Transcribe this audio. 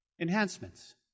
enhancements